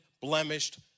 blemished